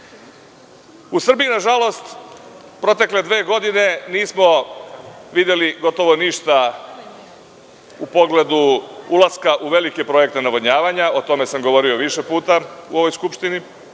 Srbiji nažalost protekle dve godine nismo videli gotovo ništa u pogledu ulaska u velike projekte navodnjavanja. O tome sam govorio više puta u ovoj Skupštini.